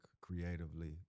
creatively